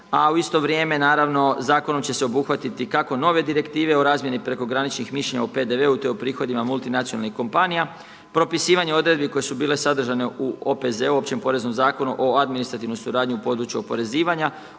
a u isto vrijeme naravno zakonom će se obuhvatiti kako nove direktive o razmjeni prekograničnih mišljenja u PDV-u to je u prihodima multinacionalnih kompanija. Propisivanje odredbi koje su bile sadržane u OPZ-u, Općem poreznom zakonu o administrativnoj suradnji u području oporezivanja,